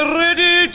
ready